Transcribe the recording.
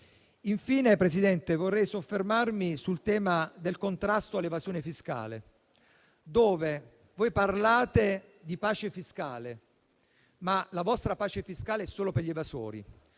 vorrei soffermarmi sul tema del contrasto all'evasione fiscale: onorevoli colleghi, parlate di pace fiscale, ma la vostra pace fiscale è solo per gli evasori.